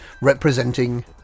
representing